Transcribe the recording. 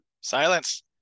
Silence